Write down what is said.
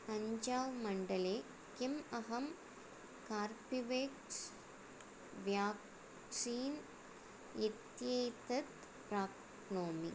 अञ्जावमण्डले किम् अहं Corbevax vaccine इत्येतत् प्राप्नोमि